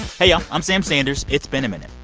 hey y'all. i'm sam sanders. it's been a minute.